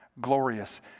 glorious